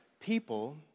people